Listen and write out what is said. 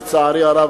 לצערי הרב,